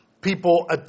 people